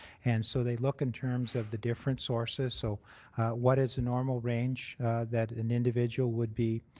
and so they look in terms of the different sources so what is a normal range that an individual would be